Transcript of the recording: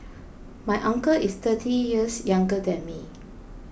my uncle is thirty years younger than me